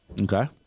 Okay